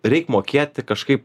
reik mokėti kažkaip